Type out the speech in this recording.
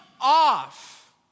off